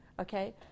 okay